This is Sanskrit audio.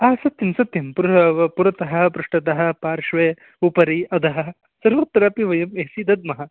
सत्यं सत्यं परः पुरतः पृष्टतः पार्श्वे उपरि अधः सर्वत्रापि वयम् ए सि दद्मः